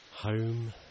Home